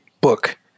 book